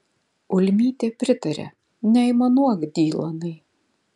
ulmytė pritarė neaimanuok dylanai